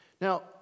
Now